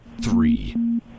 three